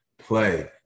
play